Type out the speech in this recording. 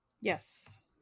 yes